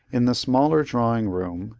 in the smaller drawing room,